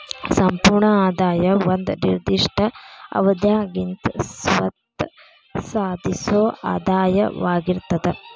ಸಂಪೂರ್ಣ ಆದಾಯ ಒಂದ ನಿರ್ದಿಷ್ಟ ಅವಧ್ಯಾಗಿಂದ್ ಸ್ವತ್ತ ಸಾಧಿಸೊ ಆದಾಯವಾಗಿರ್ತದ